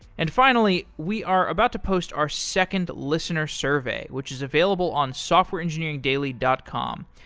and finally, we are about to post our second listener survey, which is available on softwareengineeringdaily dot com.